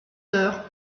heures